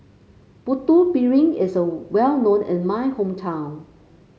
Putu Piring is well known in my hometown